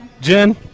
Jen